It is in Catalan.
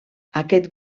aquest